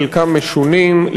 חלקם משונים,